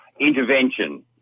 intervention